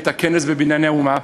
את הכנס ב"בנייני האומה",